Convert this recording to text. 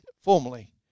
formally